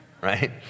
right